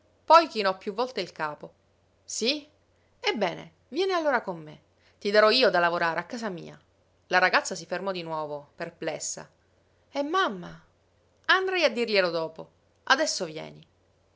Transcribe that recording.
poi chinò piú volte il capo sí ebbene vieni allora con me ti darò io da lavorare a casa mia la ragazza si fermò di nuovo perplessa e mamma andrai a dirglielo dopo adesso vieni